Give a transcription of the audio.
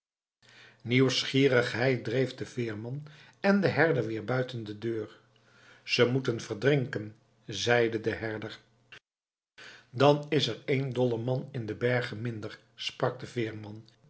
nieuwsgierigheid dreef den veerman en de herder weer buiten de deur ze moeten verdrinken zeide de herder dan is er één dolleman in de bergen minder sprak de veerman